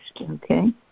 okay